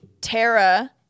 Tara